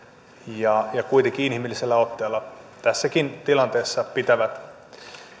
ja kuitenkin inhimillisellä otteella tässäkin tilanteessa pitävät